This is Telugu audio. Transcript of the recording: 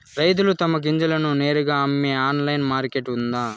రైతులు తమ గింజలను నేరుగా అమ్మే ఆన్లైన్ మార్కెట్ ఉందా?